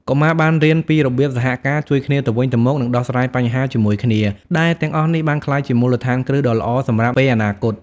កុមារបានរៀនពីរបៀបសហការ ជួយគ្នាទៅវិញទៅមក និងដោះស្រាយបញ្ហាជាមួយគ្នា ដែលទាំងអស់នេះបានក្លាយជាមូលដ្ឋានគ្រឹះដ៏ល្អសម្រាប់ពេលអនាគត។